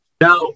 Now